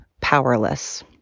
powerless